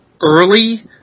early